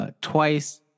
Twice